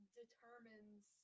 determines